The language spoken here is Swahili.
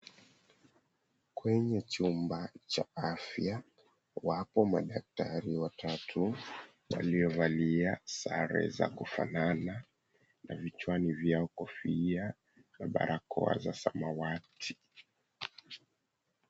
Kwenye chumba cha afya, wapo madaktari watatu waliovalia sare za kufanana, na vichwani vyao kofia na barakoa za samawati.